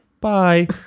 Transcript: Bye